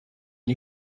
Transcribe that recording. une